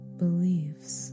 beliefs